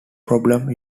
problem